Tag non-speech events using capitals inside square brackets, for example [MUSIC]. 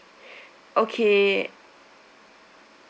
[BREATH] okay